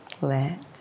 let